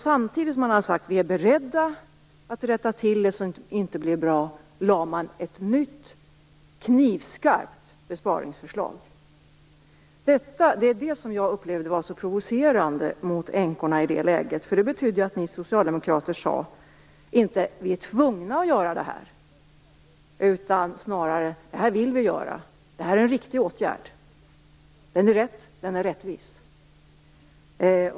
Samtidigt som man säger sig vara beredd att rätta till det som inte blev bra lade man fram ett nytt knivskarpt besparingsförslag. Det var detta som jag i det läget upplevde som så provocerande mot änkorna. Det betydde att ni socialdemokrater inte sade: Vi är tvungna att göra detta, utan snarare: Vi vill göra detta, eftersom det är en riktig åtgärd. Den är rätt, och den är rättvis.